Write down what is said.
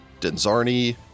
Denzarni